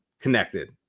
connected